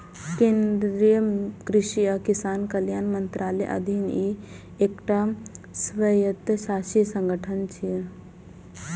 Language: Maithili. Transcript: केंद्रीय कृषि आ किसान कल्याण मंत्रालयक अधीन ई एकटा स्वायत्तशासी संगठन छियै